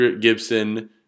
Gibson